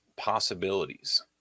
possibilities